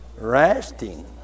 Resting